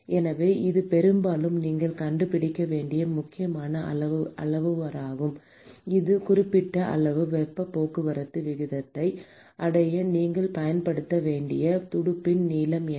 எனவே இது பெரும்பாலும் நீங்கள் கண்டுபிடிக்க வேண்டிய முக்கியமான அளவுருவாகும் ஒரு குறிப்பிட்ட அளவு வெப்பப் போக்குவரத்து விகிதத்தை அடைய நீங்கள் பயன்படுத்த வேண்டிய துடுப்பின் நீளம் என்ன